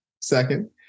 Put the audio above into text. second